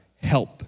help